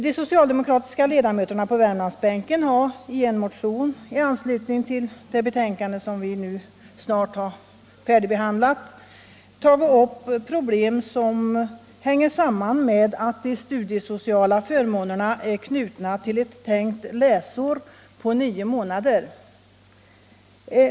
De socialdemokratiska ledamöterna på Värmlandsbänken har i en motion i anslutning till det betänkande som vi nu snart har färdigbehandlat tagit upp problem som sammanhänger med att de studiesociala förmånerna är knutna till ett tänkt läsår på nio månader.